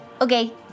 Okay